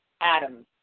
Adams